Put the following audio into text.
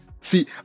See